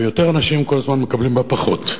ויותר אנשים כל הזמן מקבלים בה פחות.